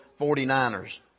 49ers